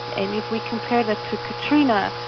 and if we compare that to katrina,